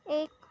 एक